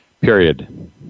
period